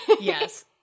Yes